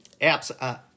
apps